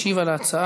משיב על ההצעה,